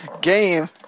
game